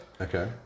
Okay